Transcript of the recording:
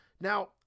Now